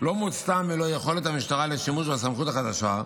לא מוצתה מלוא יכולת המשטרה לשימוש בסמכות החדשה,